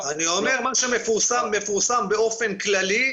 אני אומר, מה שמפורסם, מפורסם באופן כללי,